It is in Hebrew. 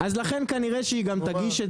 שתהיה זהה להגדרה בגילוי הדעת.